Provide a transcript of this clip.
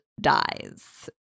dies